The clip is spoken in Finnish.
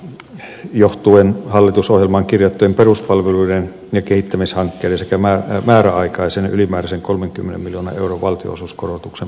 ja johtuen hallitusohjelmaan kirjattujen peruspalveluiden ja kehittämishankkeisiin tämän määräaikaisen ylimääräisen kolmekymmentä joona eurovaltionosuuskorotuksen